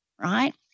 right